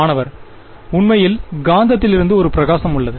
மாணவர் உண்மையில் காந்தத்திலிருந்து ஒரு பிரகாசம் உள்ளது